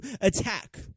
Attack